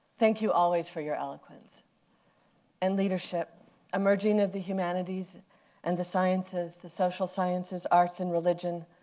thank you, always, for your eloquence and leadership ah merging of the humanities and the sciences, the social sciences, arts, and religion.